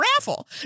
raffle